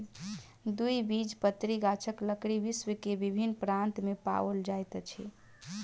द्विबीजपत्री गाछक लकड़ी विश्व के विभिन्न प्रान्त में पाओल जाइत अछि